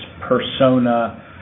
persona